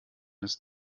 ist